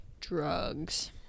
drugs